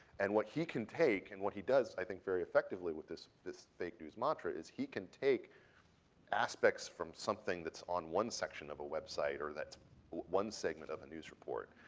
and what he can take and what he does, i think, very effectively with this this fake news mantra is he can take aspects from something that's on one section of a website or that one segment of a news report,